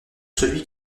celui